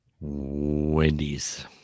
Wendy's